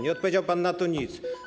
Nie odpowiedział pan na to nic.